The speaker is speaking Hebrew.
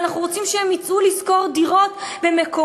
ואנחנו רוצים שהם יצאו לשכור דירות במקומות